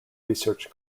research